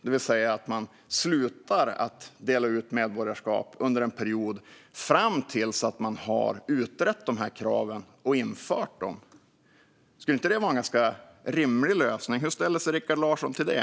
Det vill säga att man slutar dela ut medborgarskap under en period fram till dess att man har utrett de här kraven och infört dem. Skulle inte det vara en ganska rimlig lösning? Hur ställer sig Rikard Larsson till det?